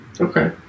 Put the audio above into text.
Okay